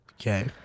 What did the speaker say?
Okay